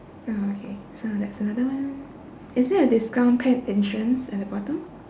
ya okay so that's a another one is there a discount pet insurance at the bottom